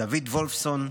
דוד וולפסון,